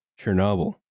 Chernobyl